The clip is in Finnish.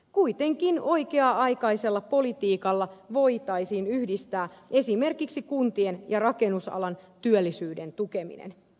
kuitenkin oikea aikaisella politiikalla voitaisiin yhdistää esimerkiksi kuntien ja rakennusalan työllisyyden tukeminen